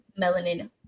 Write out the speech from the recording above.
Melanin